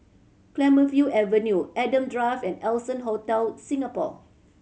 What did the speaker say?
Clemenceau Avenue Adam Drive and Allson Hotel Singapore